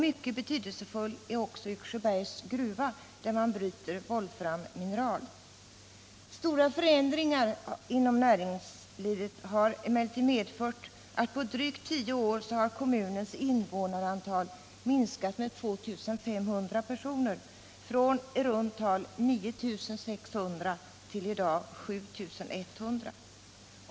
Mycket betydelsefull är också Yxsjöbergs gruva, där man bryter wolframmineral. Stora förändringar inom näringslivet har emellertid medfört att på drygt tio år har kommunens invånarantal minskat med 2 500 personer från i runt tal 9 600 till i dag 7 100.